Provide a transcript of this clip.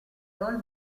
all